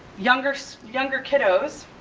younger so younger kiddos.